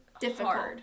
difficult